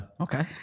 okay